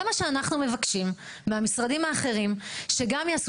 זה מה שאנחנו מבקשים מהמשרדים האחרים, שגם יעשו.